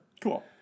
Cool